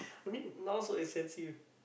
now so expensive